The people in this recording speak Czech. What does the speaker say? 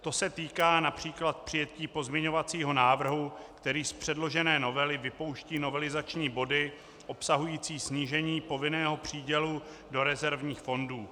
To se týká například přijetí pozměňovacího návrhu, který z předložené novely vypouští novelizační body obsahující snížení povinného přídělu do rezervních fondů.